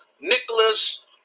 Nicholas